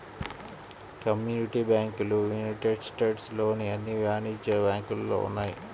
community బ్యాంకులు United States లోని అన్ని వాణిజ్య బ్యాంకులలో ఉన్నాయి